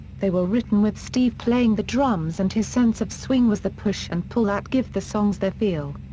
they were written with steve playing the drums and his sense of swing was the push and pull that give the songs their feel.